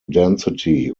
density